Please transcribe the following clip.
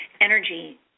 energy